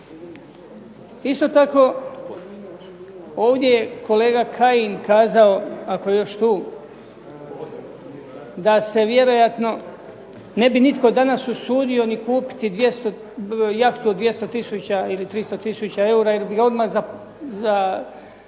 Isto tako ovdje je kolega Kajin kazao, ako je još tu, da se vjerojatno ne bi nitko danas usudio ni kupiti jahtu od 200 tisuća ili 300 tisuća eura jer bi ga odmah priveli,